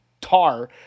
tar